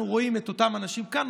אנחנו רואים את אותם אנשים כאן,